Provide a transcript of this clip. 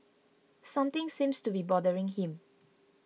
something seems to be bothering him